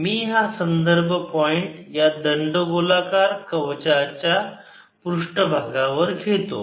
मी हा संदर्भ पॉईंट या दंडगोलाकार कवचाच्या पृष्ठभागावर घेतो